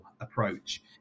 approach